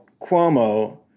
Cuomo